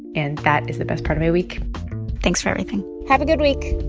and that is the best part of a week thanks for everything have a good week